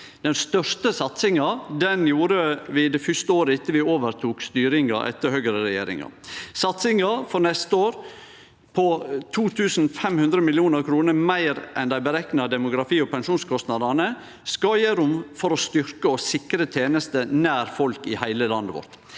Den største satsinga gjorde vi det første året etter at vi overtok styringa etter høgreregjeringa. Satsinga for neste år, på 2 500 mill. kr meir enn dei berekna demografi- og pensjonskostnadene, skal gje rom for å styrkje og sikre tenester nær folk i heile landet vårt.